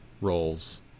roles